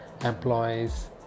employees